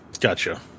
Gotcha